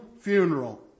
funeral